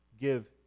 give